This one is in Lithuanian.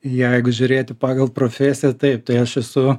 jeigu žiūrėti pagal profesiją taip tai aš esu